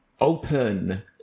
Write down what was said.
Open